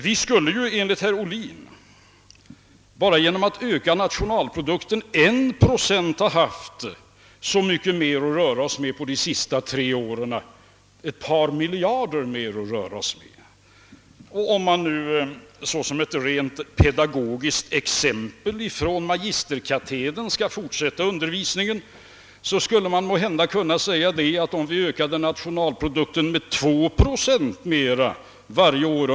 Vi skulle enligt herr Ohlin ha haft ett par miljarder mer att röra oss med under de ,senaste tre åren, om vi bara ökat nationalprodukten med ytterligare 1 procent om året. Om jag nu från magisterkatedern skall fullfölja undervisningen med detta pedagogiska exempel så skulle jag måhända kunna säga, att om vi hade ökat nationalprodukten med 2 procent mera varje år.